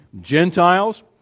Gentiles